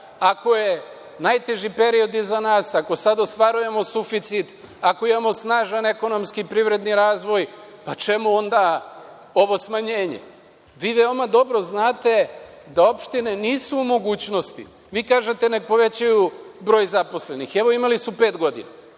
Ako je najteži period iza nas, ako sada ostvarujemo suficit, ako imamo snažan ekonomski privredni razvoj, pa čemu onda ovo smanjenje? Vi veoma dobro znate da opštine nisu u mogućnosti. Vi kažete – nek povećaju broj zaposlenih. Evo imali su pet godina.